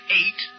eight